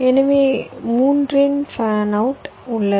எனவே 3 இன் fan out உள்ளது